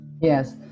Yes